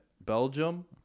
Belgium